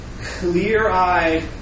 clear-eyed